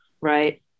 Right